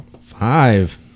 Five